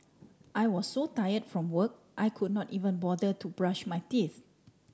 I was so tired from work I could not even bother to brush my teeth